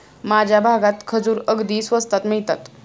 माझ्या भागात खजूर अगदी स्वस्तात मिळतात